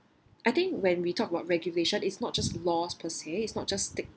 I think when we talk about regulation it's not just laws per se it's not just stick